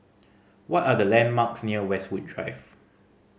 what are the landmarks near Westwood Drive